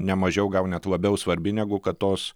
nemažiau gal net labiau svarbi negu kad tos